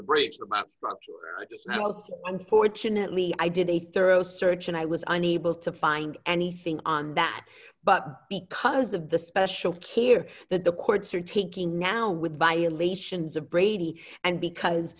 great cost unfortunately i did a thorough search and i was unable to find anything on that but because of the special care that the courts are taking now with violations of brady and because